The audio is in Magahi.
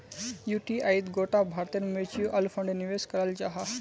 युटीआईत गोटा भारतेर म्यूच्यूअल फण्ड निवेश कराल जाहा